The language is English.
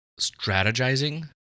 strategizing